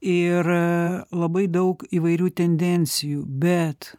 ir labai daug įvairių tendencijų bet